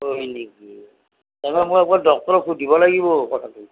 হয় নেকি ৰবা মই একবাৰ ডক্তৰক সুধিব লাগিব কথাটো